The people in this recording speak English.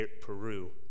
Peru